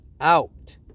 out